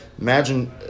Imagine